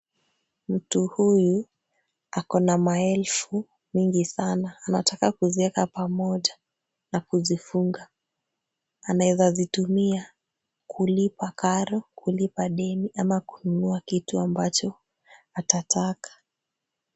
Mtu huyu ako na maelfu mingi sana. Anataka kuzieka pamoja na kuzifunga. Anaeza zitumia kulipa karo, kulipa deni ama kununua kitu ambacho atataka.